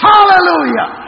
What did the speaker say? Hallelujah